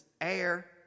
air